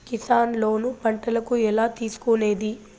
Kisan loan పంటలకు ఎలా తీసుకొనేది?